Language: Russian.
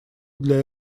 для